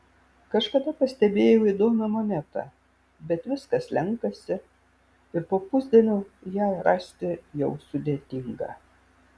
kažkada pastebėjau įdomią monetą bet viskas slenkasi ir po pusdienio ją rasti jau sudėtinga